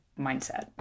mindset